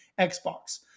Xbox